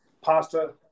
pasta